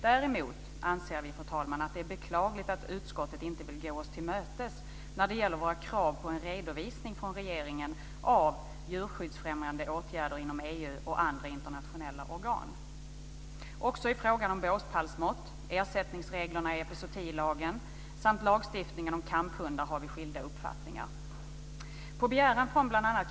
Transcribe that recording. Däremot anser vi, fru talman, att det är beklagligt att utskottet inte vill gå oss till mötes när det gäller våra krav på en redovisning från regeringen av djurskyddsfrämjande åtgärder inom EU och andra internationella organ. Också i fråga om båspallsmått, ersättningsreglerna i epizootilagen samt lagstiftningen om kamphundar har vi skilda uppfattningar. På begäran från bl.a.